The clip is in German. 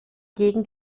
gegen